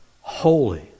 holy